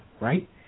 right